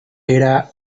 era